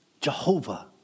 Jehovah